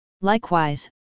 Likewise